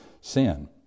sin